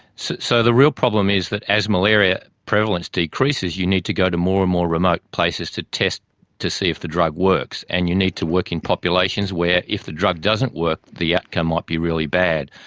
so so the real problem is that as malaria prevalence decreases you need to go to more and more remote places to test to see if the drug works, and you need to work in populations where if the drug doesn't work the outcome might be really bad.